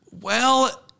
Well-